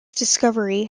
discovery